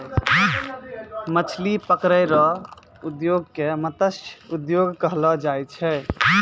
मछली पकड़ै रो उद्योग के मतस्य उद्योग कहलो जाय छै